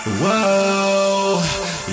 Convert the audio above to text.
whoa